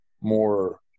more